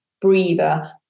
breather